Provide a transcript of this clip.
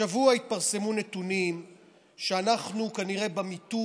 השבוע התפרסמו נתונים שאנחנו כנראה במיתון,